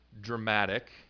dramatic